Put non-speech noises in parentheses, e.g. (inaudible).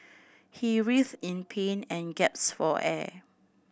he writhed in pain and (unintelligible) for air